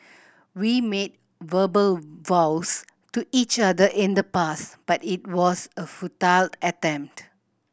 we made verbal vows to each other in the past but it was a futile attempt